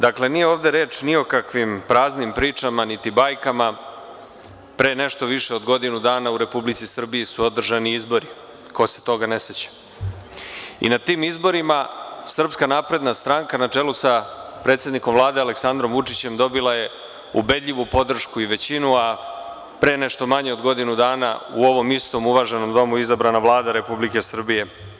Dakle nije ovde reč ni o kakvim praznim pričama niti bajkama, pre nešto više od godinu dana u Republici Srbiji su održani izbori, ko se toga ne seća, i na tim izborima SNS na čelu sa predsednikom Vlade Aleksandrom Vučićem dobila je ubedljivu podršku i većinu, a pre nešto manje od godinu dana u ovom istom, uvaženom domu izabrana je Vlada Republike Srbije.